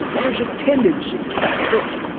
there's a tendency not perfect,